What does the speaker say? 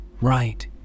Right